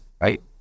right